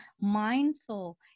mindful